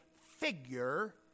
figure